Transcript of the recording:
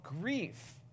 grief